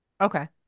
Okay